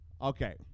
Okay